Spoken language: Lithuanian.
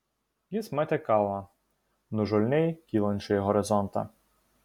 jis matė kalvą nuožulniai kylančią į horizontą